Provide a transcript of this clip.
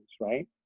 right